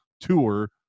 tour